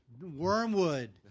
Wormwood